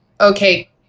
Okay